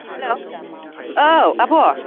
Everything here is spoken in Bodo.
हेलौ औ आब'